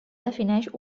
defineix